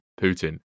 Putin